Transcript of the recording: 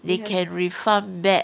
they can refund back